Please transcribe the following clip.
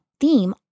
theme